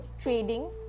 trading